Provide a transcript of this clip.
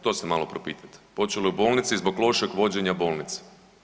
To se malo propitajte, počelo je u bolnici zbog lošeg vođenja bolnice.